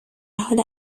حال